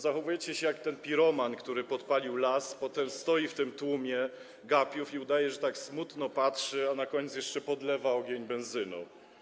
Zachowujecie się jak ten piroman, który podpalił las, a potem stoi w tłumie gapiów i udaje, że smutno patrzy, a na koniec jeszcze podlewa ogień benzyną.